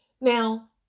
Now